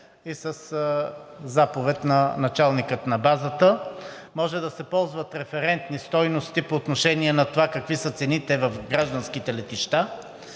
и със заповед на началника на базата. Може да се ползват референтни стойности по отношение на това какви са цените в граждански летища.